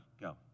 go